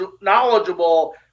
knowledgeable